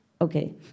Okay